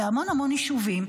המון המון יישובים,